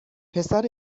پسر